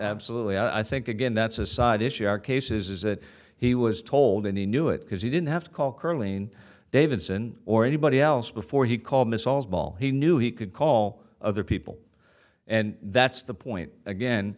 ok i think again that's a side issue our cases is that he was told and he knew it because he didn't have to call curling davidson or anybody else before he called missiles ball he knew he could call other people and that's the point again